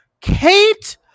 Kate